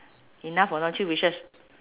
enough or not three wishes